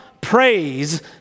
praise